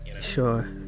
sure